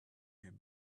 him